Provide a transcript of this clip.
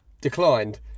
declined